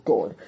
God